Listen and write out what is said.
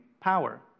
power